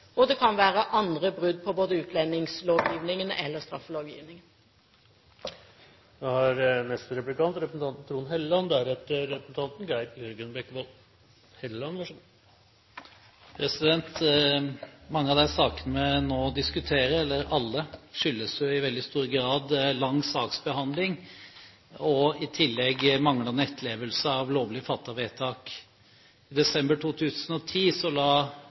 Det kan også være andre brudd på utlendingsloven eller straffeloven. Mange av, eller alle, de sakene vi nå diskuterer, skyldes i veldig stor grad lang saksbehandling og i tillegg manglende etterlevelse av lovlig fattede vedtak. I desember 2010 la